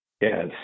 Yes